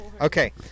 Okay